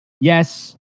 yes